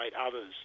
others